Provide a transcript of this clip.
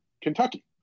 Kentucky